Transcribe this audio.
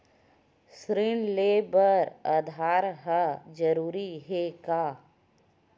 ऋण ले बर आधार ह जरूरी हे का?